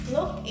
Look